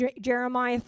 Jeremiah